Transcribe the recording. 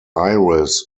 iris